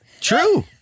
True